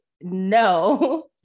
no